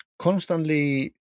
Constantly